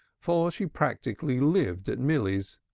for she practically lived at milly's.